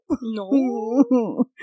No